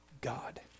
God